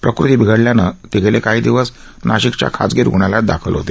प्रकती बिघडल्यानं ते गेले काही दिवस नाशिकच्या खासगी रुग्णालयात दाखल होते